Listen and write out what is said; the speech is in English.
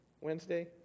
Wednesday